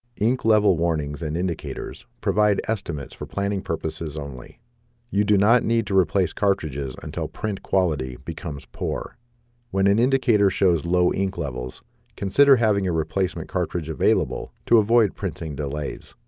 inc level warnings and indicators provide estimates for planning purposes only you do not need to replace cartridges until print quality becomes poor when an indicator shows low ink levels consider having a replacement cartridge available to avoid printing delays